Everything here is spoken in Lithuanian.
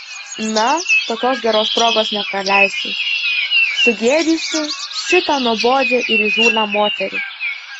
na tokios geros progos nepraleisiu sugėdysiu šitą nuobodžią ir įžūlią moterį